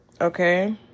Okay